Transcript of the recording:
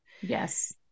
Yes